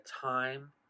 time